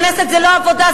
הכנסת זה לא עבודה,